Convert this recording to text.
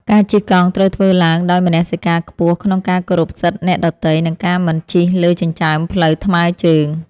ការជិះកង់ត្រូវធ្វើឡើងដោយមនសិការខ្ពស់ក្នុងការគោរពសិទ្ធិអ្នកដទៃ និងការមិនជិះលើចិញ្ចើមផ្លូវថ្មើរជើង។